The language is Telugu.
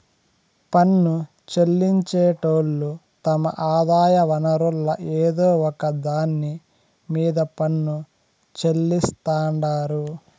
పన్ను చెల్లించేటోళ్లు తమ ఆదాయ వనరుల్ల ఏదో ఒక దాన్ని మీద పన్ను చెల్లిస్తాండారు